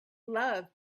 love